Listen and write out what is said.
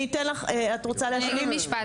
רוצה להתייחס?